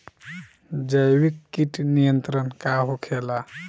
जैविक कीट नियंत्रण का होखेला?